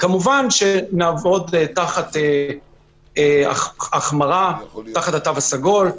כמובן שנעבוד תחת החמרה, תחת ה"תו הסגול".